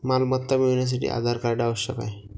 मालमत्ता मिळवण्यासाठी आधार कार्ड आवश्यक आहे